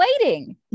waiting